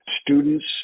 students